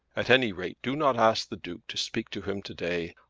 at any rate do not ask the duke to speak to him to-day.